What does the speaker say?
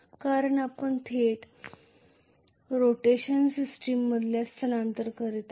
कारण आपण फक्त थेट रोटेशन सिस्टममध्ये स्थलांतर करत आहोत